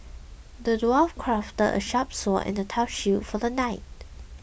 the dwarf crafted a sharp sword and a tough shield for the knight